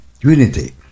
unity